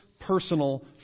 personal